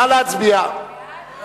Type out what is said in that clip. ההצעה להעביר את הצעת חוק לתיקון פקודת